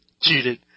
cheated